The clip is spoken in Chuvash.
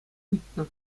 ыйтнӑ